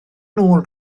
nôl